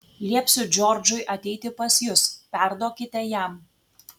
liepsiu džordžui ateiti pas jus perduokite jam